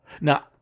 Now